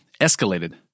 escalated